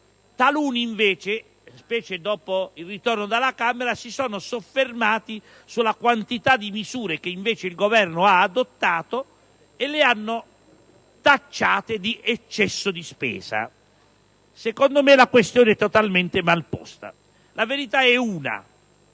Taluni, invece, specie dopo il ritorno della legge dalla Camera, si sono soffermati sulla quantità di misure che il Governo ha adottato, parlando di eccesso di spesa. Secondo me la questione è totalmente mal posta. La verità è una,